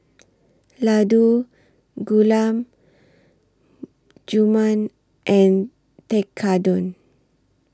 Ladoo Gulab Jamun and Tekkadon